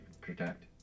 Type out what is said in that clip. protect